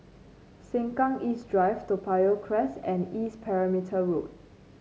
Sengkang East Drive Toa Payoh Crest and East Perimeter Road